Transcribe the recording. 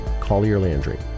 collierlandry